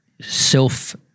self